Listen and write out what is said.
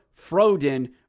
Froden